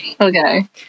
Okay